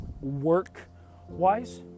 work-wise